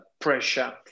pressure